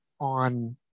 on